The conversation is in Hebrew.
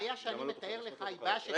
ינסו להתחמק.